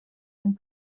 and